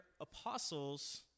apostles